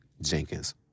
Jenkins